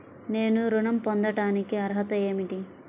నేను ఋణం పొందటానికి అర్హత ఏమిటి?